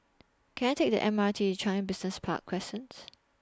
Can I Take The M R T to Changi Business Park Crescent